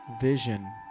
Vision